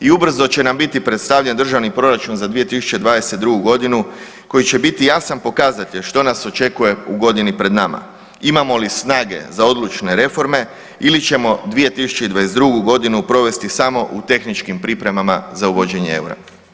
I ubrzo će nam biti predstavljen proračun za 2022.g. koji će biti jasan pokazatelj što nas očekuje u godini pred nama, imamo li snage za odlučne reforme ili ćemo 2022.g. provesti samo u tehničkim pripremama za uvođenje eura.